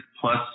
plus